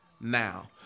now